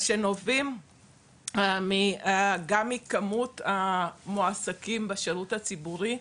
שנובעים גם מכמות המועסקים בשירות הציבורי.